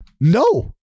No